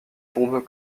tombes